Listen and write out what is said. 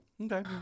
Okay